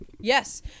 Yes